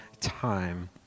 time